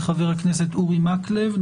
וחבר הכנסת בני אורי מקלב.